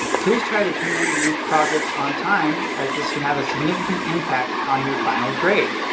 please try to turn in the projects on time as this can have a significant impact on your final grade.